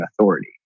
authority